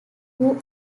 who